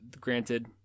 Granted